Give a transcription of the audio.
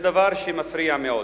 זה דבר שמפריע מאוד.